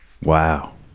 Wow